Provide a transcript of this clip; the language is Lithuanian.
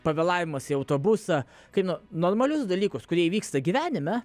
pavėlavimas į autobusą kaip normalius dalykus kurie įvyksta gyvenime